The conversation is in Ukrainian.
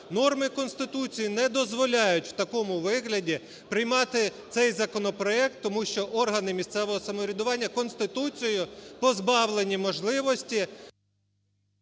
норми Конституції не дозволяють в такому вигляді приймати цей законопроект, тому що органи місцевого самоврядування Конституцією позбавлені можливості…